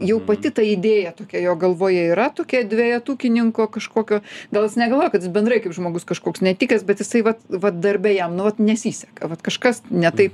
jau pati ta idėja tokia jo galvoje yra tokia dvejetukininko kažkokio gal jis negalvoja kad jis bendrai kaip žmogus kažkoks netikęs bet jisai vat vat darbe jam nu vat nesiseka vat kažkas ne taip